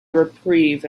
reprieve